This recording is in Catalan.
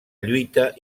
lluita